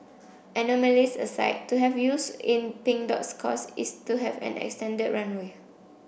anomalies aside to have youths in Pink Dot's cause is to have an extended runway